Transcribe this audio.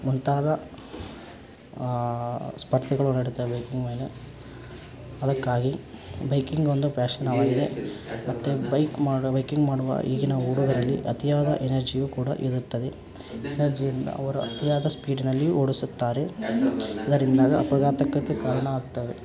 ಮುಂತಾದ ಸ್ಪರ್ಧೆಗಳು ನಡಿತವೆ ಇದ್ರ ಮೇಲೆ ಅದಕ್ಕಾಗಿ ಬೈಕಿಂಗ್ ಒಂದು ಪ್ಯಾಷನ್ನಾಗಿದೆ ಮತ್ತು ಬೈಕ್ ಮಾಡಿ ಬೈಕಿಂಗ್ ಮಾಡುವ ಈಗಿನ ಹುಡುಗ್ರಲ್ಲಿ ಅತಿಯಾದ ಎನರ್ಜಿಯು ಕೂಡ ಇರುತ್ತದೆ ಎನರ್ಜಿಯಿಂದ ಅವರು ಅತಿಯಾದ ಸ್ಪೀಡಿನಲ್ಲಿಯೂ ಓಡಿಸುತ್ತಾರೆ ಅದರಿಂದಾಗಿ ಅಪಘಾತಕ್ಕೆ ಕಾರಣ ಆಗ್ತವೆ